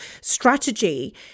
strategy